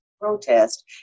protest